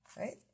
right